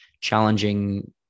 challenging